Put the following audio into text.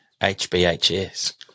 HBHS